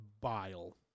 bile